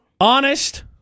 Honest